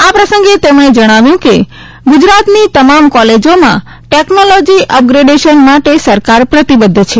આ પ્રસંગે તેમણે જણાવ્યું કે ગુજરાતની તમામ કોલેજોમાં ટેકનોલોજી અપગ્રેડેશન માટે સરકાર પ્રતિબધ્ધ છે